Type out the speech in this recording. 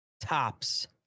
tops